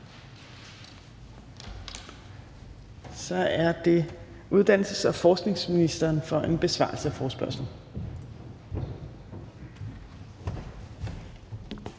så er det uddannelses- og forskningsministeren for en besvarelse af forespørgslen.